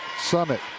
Summit